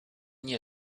nie